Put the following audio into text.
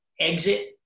exit